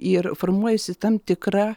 ir formuojasi tam tikra